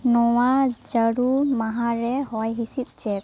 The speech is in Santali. ᱱᱚᱣᱟ ᱡᱟᱹᱨᱩᱢ ᱢᱟᱦᱟᱨᱮ ᱦᱚᱭ ᱦᱤᱸᱥᱤᱫ ᱪᱮᱫ